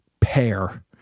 pair